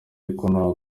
ariko